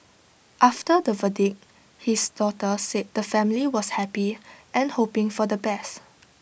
after the verdict his daughter said the family was happy and hoping for the best